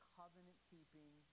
covenant-keeping